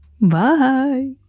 Bye